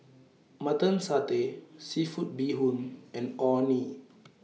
Mutton Satay Seafood Bee Hoon and Orh Nee